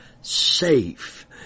safe